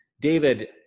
David